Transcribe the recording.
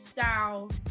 style